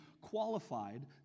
qualified